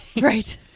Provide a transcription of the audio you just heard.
right